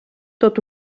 tot